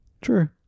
True